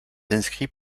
inscrits